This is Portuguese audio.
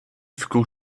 ficou